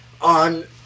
on